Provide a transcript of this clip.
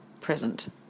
present